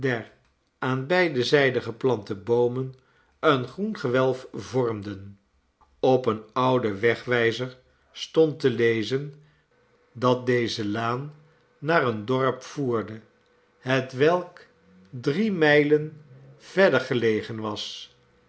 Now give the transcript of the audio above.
aan beide zijden geplante boomen een groen gewelf vormden op een ouden wegwijzer stond te lezen dat deze laan naar een dorp voerde hetwelk drie mijlen verder gelegen was